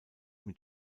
mit